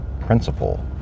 principle